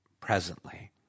presently